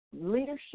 leadership